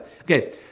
Okay